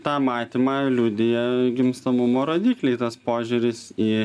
tą matymą liudija gimstamumo rodikliai tas požiūris į